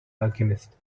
alchemist